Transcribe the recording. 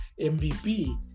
MVP